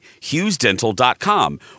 HughesDental.com